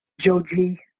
Joji